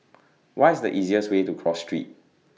What IS The easiest Way to Cross Street